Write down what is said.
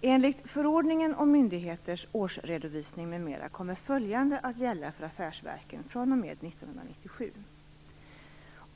Enligt förordningen om myndigheters årsredovisning m.m. kommer följande att gälla för affärsverken fr.o.m. 1997.